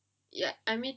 ya I mean